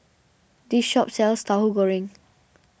this shop sells Tauhu Goreng